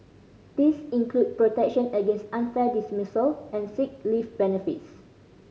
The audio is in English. this include protection against unfair dismissal and sick leave benefits